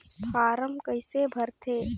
Form कइसे भरते?